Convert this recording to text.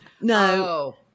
no